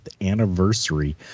anniversary